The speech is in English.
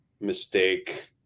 mistake